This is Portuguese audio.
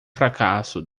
fracasso